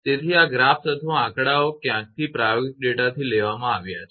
તેથી આ ગ્રાફ્સ અથવા આ આંકડાઓ એ ક્યાંકથી પ્રાયોગિક ડેટાથી લેવામાં આવ્યા છે